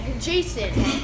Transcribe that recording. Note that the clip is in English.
Jason